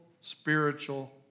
spiritual